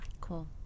Cool